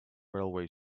railway